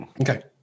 Okay